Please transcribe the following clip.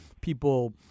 people